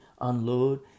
unload